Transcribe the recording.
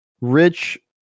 Rich